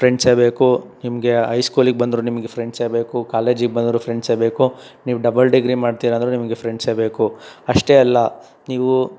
ಫ್ರೆಂಡ್ಸೇ ಬೇಕು ನಿಮಗೆ ಐಸ್ಕೂಲಿಗ್ ಬಂದ್ರೂ ನಿಮಗೆ ಫ್ರೆಂಡ್ಸೇ ಬೇಕು ಕಾಲೇಜಿಗೆ ಬಂದ್ರೂ ಫ್ರೆಂಡ್ಸೇ ಬೇಕು ನೀವು ಡಬಲ್ ಡಿಗ್ರಿ ಮಾಡ್ತೀರಾಂದರೂ ನಿಮಗೆ ಫ್ರೆಂಡ್ಸೇ ಬೇಕು ಅಷ್ಟೇ ಅಲ್ಲ ನೀವು